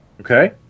okay